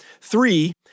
three